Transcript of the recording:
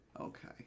Okay